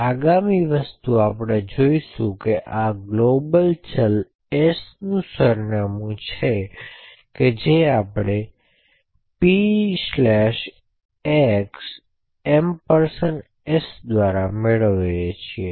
આગામી વસ્તુ આપણે જોશું કે આ ગ્લોબલ ચલ s નું સરનામું છે જે આપણે px s દ્વારા મેળવીએ છીયે